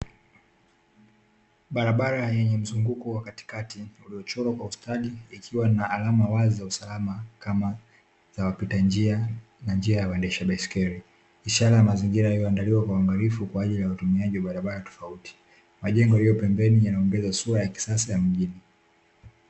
Barabara yenye mzunguko wa katikati uliochorwa kwa ustadi ikiwa na alama wazi ya usalama kama za wapita njia na njia ya waendeshe baiskeli, ishara ya mazingira yaliyoandaliwa uangalifu kwa ajili ya watumiaji wa barabara tofauti. Majengo yaliyo pembeni yanaongeza sura ya kisasa ya mjini.